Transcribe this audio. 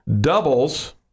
doubles